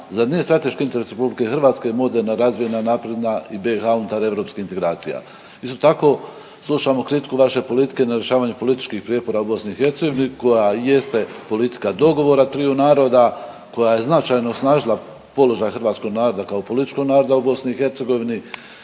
Zar nije strateški interes RH moderna, razvijena, napredna i BiH unutar europskih integracija? Isto tako slušamo kritiku vaše politike na rješavanje političkih prijepora u BiH koja jeste politika dogovora triju naroda, koja je značajno osnažila položaj hrvatskog naroda kao političkog naroda u BiH